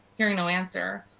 hearing no answer.